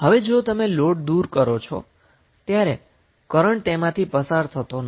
હવે જો તમે લોડ દુર કરો છો ત્યારે કરન્ટ તેમાંથી પસાર થતો નથી